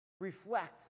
Reflect